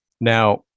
now